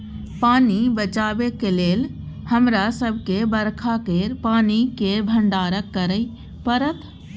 पानि बचेबाक लेल हमरा सबके बरखा केर पानि केर भंडारण करय परत